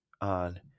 on